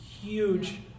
huge